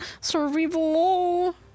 Survival